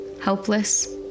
helpless